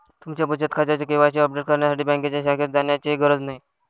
तुमच्या बचत खात्याचे के.वाय.सी अपडेट करण्यासाठी बँकेच्या शाखेत जाण्याचीही गरज नाही